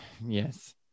yes